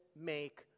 make